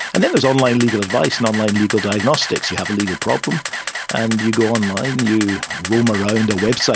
and then there's online legal advice and online legal diagnostics. you have a legal problem and you go online, you roam around a website